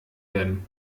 werden